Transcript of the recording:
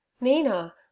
Mina